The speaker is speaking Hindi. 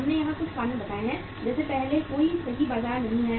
हमने यहां कुछ कारण बताए हैं जैसे पहले कोई सही बाजार नहीं है